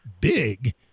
big